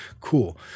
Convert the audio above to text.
Cool